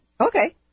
okay